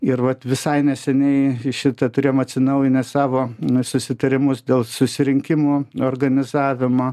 ir vat visai neseniai šita turėjom atsinaujinę savo susitarimus dėl susirinkimų organizavimo